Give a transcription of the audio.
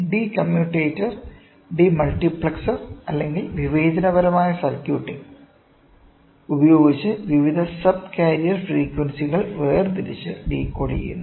D commutator demultiplexer അല്ലെങ്കിൽ വിവേചനപരമായ circuit ഉപയോഗിച്ച് വിവിധ സബ് കാരിയർ ഫ്രീക്വൻസികൾ വേർതിരിച്ച് ഡീകോഡ് ചെയ്യുന്നു